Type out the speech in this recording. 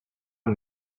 not